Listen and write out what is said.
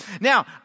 Now